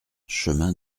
chemin